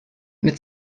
mit